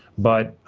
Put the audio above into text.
but,